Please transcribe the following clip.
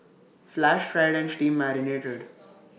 flash fried and steam marinated